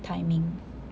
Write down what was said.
timing